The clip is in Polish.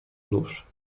nóż